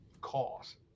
cause